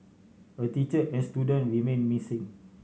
a teacher and student remain missing